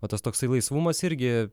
o tas toksai laisvumas irgi